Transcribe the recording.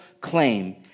claim